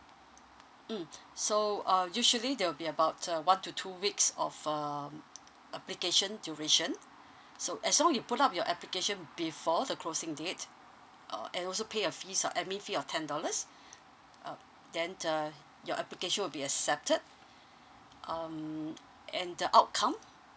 mm so uh usually there will be about uh one to two weeks of um application duration so as long you put up your application before the closing date uh and also pay a fee some admin fee of ten dollars um then uh your application will be accepted um and the outcome